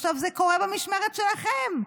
זה קורה במשמרת שלכם.